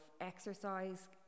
exercise